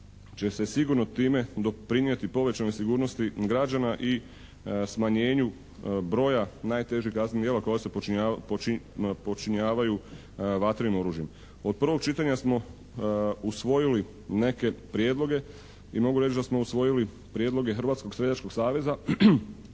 će se sigurno time doprinijeti povećanoj sigurnosti građana i smanjenju broja najtežih kaznenih djela koja se počinjavaju vatrenim oružjem. Od prvog čitanja smo usvojili neke prijedloge i mogu reći da smo usvojili prijedloge Hrvatskog streljačkog saveza